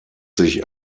sich